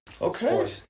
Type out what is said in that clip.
Okay